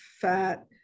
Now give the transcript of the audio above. fat